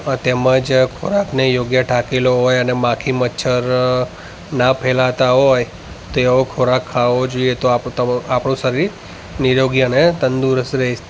તેમજ ખોરાકને યોગ્ય ઢાંકેલો હોય અને માખી મચ્છર ના ફેલાતા હોય તેવો ખોરાક ખાવો જોઈએ તો આપ તમ આપણું શરીર નીરોગી અને તંદુરસ્ત રહે